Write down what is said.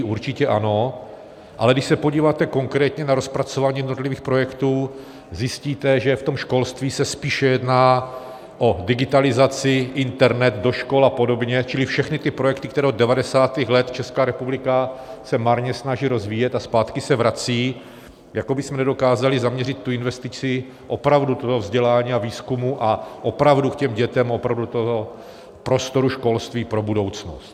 Určitě ano, ale když se podíváte konkrétně na rozpracování jednotlivých projektů, zjistíte, že v tom školství se spíše jedná o digitalizaci, internet do škol a podobně, čili všechny ty projekty, které od devadesátých let Česká republika se marně snaží rozvíjet a zpátky se vracejí, jako bychom nedokázali zaměřit tu investici opravdu do toho vzdělání a výzkumu a opravdu k těm dětem, opravdu do toho prostoru školství pro budoucnost.